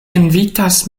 invitas